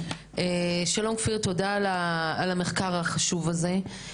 שלום, כפיר, תודה על המחקר החשוב הזה.